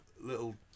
little